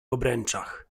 obręczach